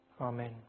Amen